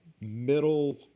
middle